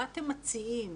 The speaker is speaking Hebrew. מה אתם מציעים כאילו?